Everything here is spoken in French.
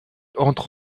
entre